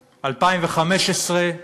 2015,